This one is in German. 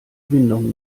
windung